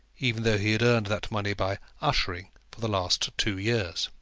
even though he had earned that money by ushering for the last two years.